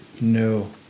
no